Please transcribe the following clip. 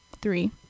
three